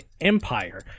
empire